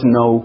no